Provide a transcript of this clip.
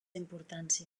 importància